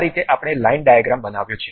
આ રીતે આપણે લાઈન ડાયાગ્રામ બનાવ્યો છે